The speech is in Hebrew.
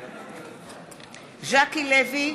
בעד ז'קי לוי,